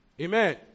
Amen